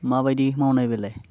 माबादि मावनाय बेलाय